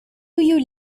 you